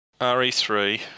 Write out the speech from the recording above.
RE3